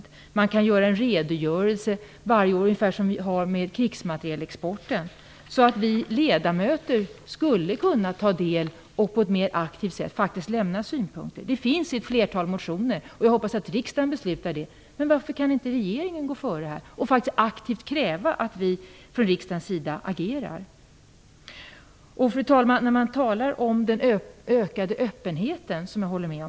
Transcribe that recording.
Det föreslås att man kan göra en redogörelse varje år - ungefär som när det gäller krigsmaterilexporten - så att vi ledamöter skulle kunna ta del och på ett mer aktivt sätt faktiskt lämna synpunkter. Detta förslag tas upp i ett flertal motioner. Jag hoppas att riksdagen fattar ett beslut om detta. Men varför kan inte regeringen gå före här och aktivt kräva att vi från riksdagens sida agerar? Fru talman! Jag håller med om att öppenheten har ökat.